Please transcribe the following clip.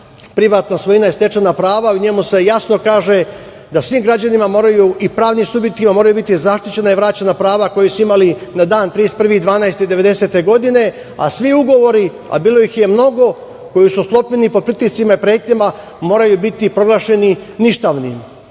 privatna svojina i stečena prava. U njemu se jasno kaže da svim građanima i pravnim subjektima moraju biti zaštićena i vraćena prava koja su imali na dan 31. decembra1990. godine, a svi ugovori, a bilo ih je mnogo, koji su sklopljeni pod pritiscima i pretnjama, moraju biti proglašeni ništavnim.